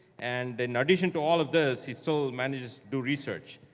and then addition to all of this, he still manages do research.